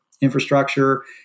infrastructure